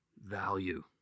value